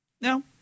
no